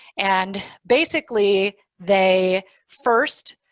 and basically, they first